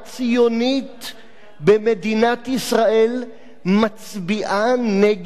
במדינת ישראל מצביעה נגד חוק השבות,